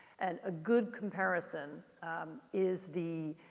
and a good comparison is the